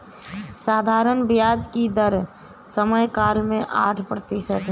साधारण ब्याज की दर समयकाल में आठ प्रतिशत है